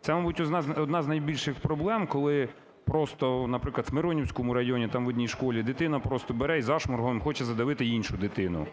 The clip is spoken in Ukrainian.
Це, мабуть, одна з найбільших проблем, коли просто, наприклад, у Миронівському районі там в одній школі дитина просто бере і зашморгом хоче задавити іншу дитину,